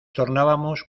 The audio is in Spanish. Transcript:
tornábamos